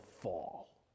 fall